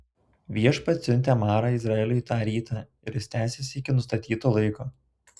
viešpats siuntė marą izraeliui tą rytą ir jis tęsėsi iki nustatyto laiko